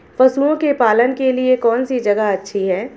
पशुओं के पालन के लिए कौनसी जगह अच्छी है?